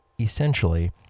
essentially